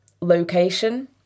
location